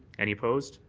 any opposed.